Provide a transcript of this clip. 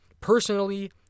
Personally